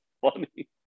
funny